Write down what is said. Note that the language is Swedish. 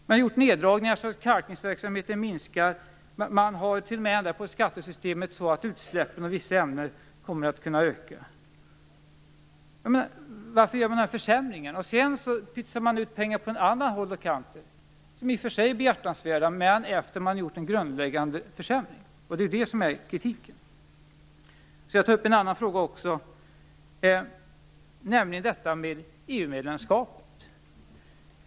Man har gjort neddragningar, så att kalkningsverksamheten minskar. Man har t.o.m. ändrat på skattesystemet, så att utsläppen av vissa ämnen kommer att kunna öka. Varför gör man dessa försämringar? Sedan pytsar man ut pengar på andra håll och kanter. Det är i och för sig behjärtansvärt. Men det sker alltså efter det att man har gjort en grundläggande försämring. Det är min kritik. Jag skall ta upp en annan fråga också. Den gäller EU-medlemskapet.